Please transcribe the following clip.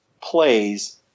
plays